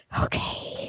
Okay